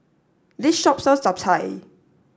this shop sells Chap Chai